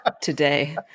today